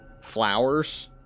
flowers